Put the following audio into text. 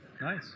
Nice